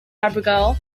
abigail